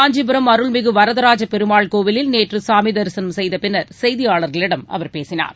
காஞ்சிபுரம் அருள்மிகு வரதராஜ பெருமாள் கோவிலில் நேற்று சாமி தரிசனம் செய்த பின்னர் செய்தியாளர்களிடம் அவர் பேசினார்